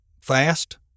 Fast